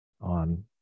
on